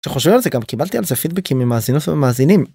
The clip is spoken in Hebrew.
שחושב על זה גם קיבלתי על זה פידבקים ממאזינות ומאזינים.